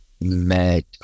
met